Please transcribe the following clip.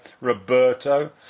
Roberto